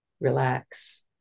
relax